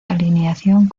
alineación